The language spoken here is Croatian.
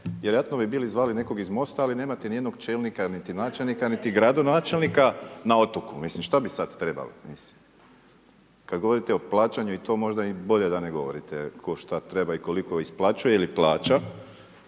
vjerojatno bi bili zvali nekog iz Mosta, ali nemate nijednog čelnika , niti načelnika, niti gradonačelnika na otoku, mislim šta bi sad trebali? Kad govorite o plaćanju i to možda i bolje da ne govorite tko šta treba i koliko isplaćuje ili plaća,